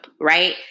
right